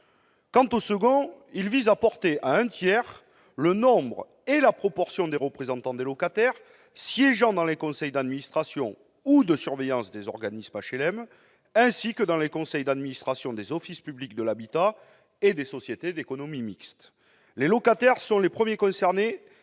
d'HLM. Le second vise à porter à un tiers le nombre et la proportion des représentants des locataires siégeant dans les conseils d'administration ou de surveillance des organismes d'HLM, ainsi que dans les conseils d'administration des offices publics de l'habitat et des sociétés d'économie mixte. Les locataires sont les premiers concernés